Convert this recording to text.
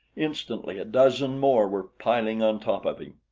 instantly a dozen more were piling on top of him.